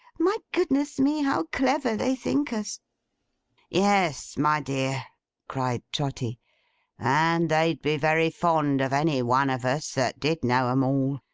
my goodness me, how clever they think us yes, my dear cried trotty and they'd be very fond of any one of us that did know em all.